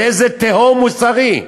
לאיזה תהום מוסרי?